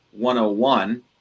101